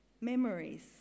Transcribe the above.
memories